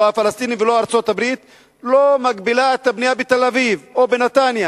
לא הפלסטינים ולא ארצות-הברית לא מגבילה את הבנייה בתל-אביב או בנתניה.